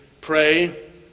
pray